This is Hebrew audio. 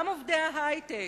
גם עובדי ההיי-טק,